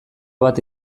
bat